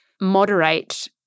moderate